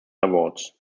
awards